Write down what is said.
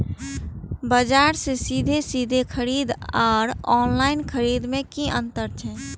बजार से सीधे सीधे खरीद आर ऑनलाइन खरीद में की अंतर छै?